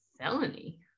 felony